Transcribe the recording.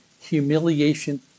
humiliation